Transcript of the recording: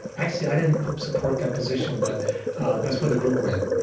actually, i didn't support that position, but that's where the group went.